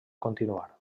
continuar